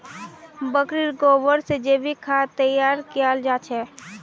बकरीर गोबर से जैविक खाद तैयार कियाल जा छे